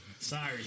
Sorry